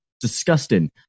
disgusting